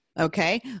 Okay